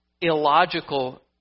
illogical